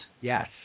Yes